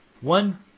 one